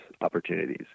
opportunities